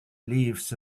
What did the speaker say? leaves